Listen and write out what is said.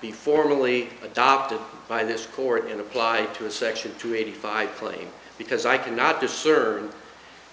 be formally adopted by this court and apply to a section two eighty five plane because i cannot discern